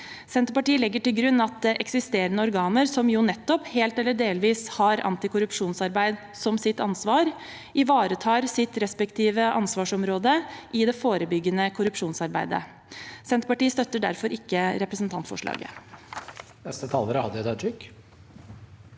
Senterpartiet legger til grunn at eksisterende organer som helt eller delvis har antikorrupsjonsarbeid som sitt ansvar, ivaretar sitt respektive ansvarsområde i det forebyggende korrupsjonsarbeidet. Senterpartiet støtter derfor ikke representantforslaget.